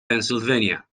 pennsylvania